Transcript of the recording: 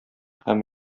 һәм